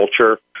culture